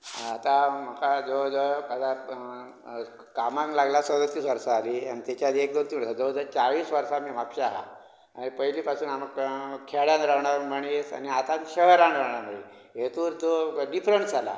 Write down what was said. आतां म्हाका जवळ जवळ सादारण कामांक लागला सदतीस वर्सां जाली आनी तेच्या जवळ जवळ चाळीस वर्सां मी म्हापशा आहा आनी पयलीं पासून आमकां खेड्यान रावणारो मनीस आनी आतात शहरान रावना हेतून तर डिफरंस जाला